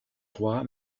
roi